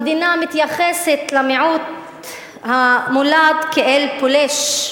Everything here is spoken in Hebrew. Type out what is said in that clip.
המדינה מתייחסת למיעוט המולד כאל פולש,